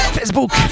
Facebook